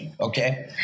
Okay